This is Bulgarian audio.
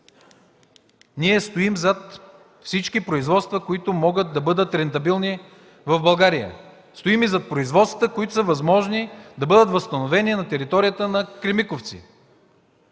Ние стоим зад всички производства, които могат да бъдат рентабилни в България. Стоим и зад производствата, които е възможно да бъдат възстановени на територията на „Кремиковци”,